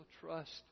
trust